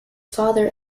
father